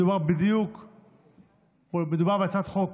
מדובר בהצעת חוק